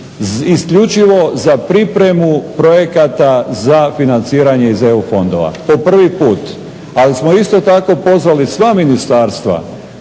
isključivo za pripremu projekata za financiranje iz EU fondova, po prvi put. Ali smo isto tako pozvali sva ministarstva